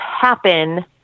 happen